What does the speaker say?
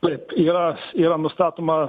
taip yra yra nustatoma